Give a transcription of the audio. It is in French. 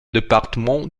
département